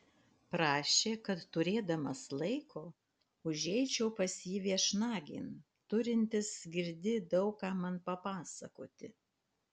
prašė kad turėdamas laiko užeičiau pas jį viešnagėn turintis girdi daug ką man papasakoti